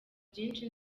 byinshi